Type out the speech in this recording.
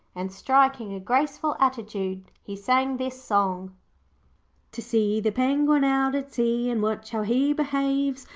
and, striking a graceful attitude, he sang this song to see the penguin out at sea, and watch how he behaves,